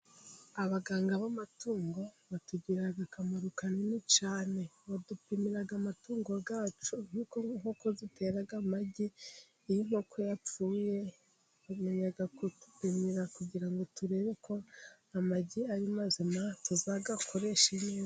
Abaganga b'amatungo batugirira akamaro kanini cyane. Badupimira amatungo yacu nk'inkoko zitera amagi, iyo inkoko yapfuye bamenya kudupimira, kugira ngo turebe ko amagi ari mazima, tuzayakoreshe neza.